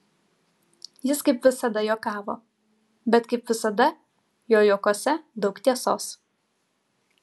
jis kaip visada juokavo bet kaip visada jo juokuose daug tiesos